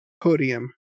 podium